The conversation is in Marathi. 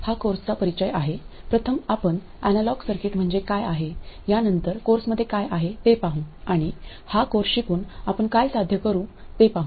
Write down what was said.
हा कोर्सचा परिचय आहे प्रथम आपण अॅनालॉग सर्किट म्हणजे काय आहे या नंतर कोर्समध्ये काय आहे ते पाहू आणि हा कोर्स शिकून आपण काय साध्य करू ते पाहू